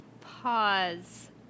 Pause